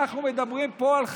אנחנו מדברים פה על חיים,